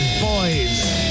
Boys